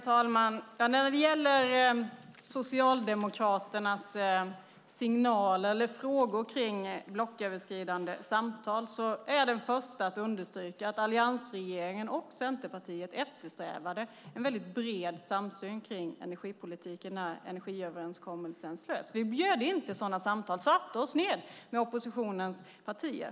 Herr talman! När det gäller Socialdemokraternas signaler eller frågor kring blocköverskridande samtal är jag den första att understryka att alliansregeringen och Centerpartiet eftersträvade en bred samsyn kring energipolitiken när energiöverenskommelsen slöts. Vi bjöd in till sådana samtal och satte oss ned med oppositionens partier.